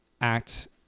act